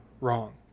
wrong